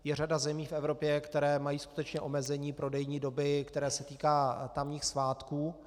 Je řada zemí v Evropě, které mají skutečně omezení prodejní doby, které se týká tamních svátků.